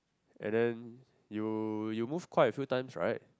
and then you you moved quite a few times right